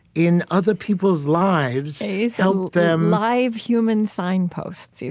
in other people's lives, help them, live human signposts, yeah